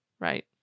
Right